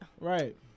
Right